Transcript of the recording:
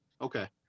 okay